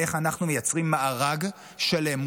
על איך אנחנו מייצרים מארג שלם,